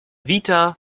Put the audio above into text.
vita